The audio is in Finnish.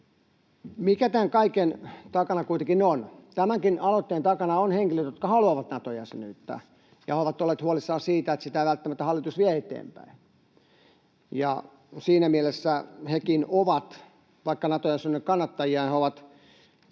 mikä tämän kaiken takana kuitenkin on? Tämänkin aloitteen takana ovat henkilöt, jotka haluavat Nato-jäsenyyttä ja ovat olleet huolissaan siitä, että sitä ei välttämättä hallitus vie eteenpäin. Ja siinä mielessä hekin — vaikka ovat Nato-jäsenyyden kannattajia — ovat